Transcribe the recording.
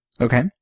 Okay